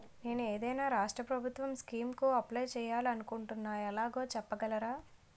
నేను ఏదైనా రాష్ట్రం ప్రభుత్వం స్కీం కు అప్లై చేయాలి అనుకుంటున్నా ఎలాగో చెప్పగలరా?